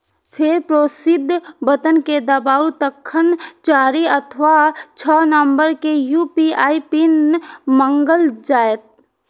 फेर proceed button कें दबाउ, तखन चारि अथवा छह नंबर के यू.पी.आई पिन मांगल जायत